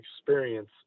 experience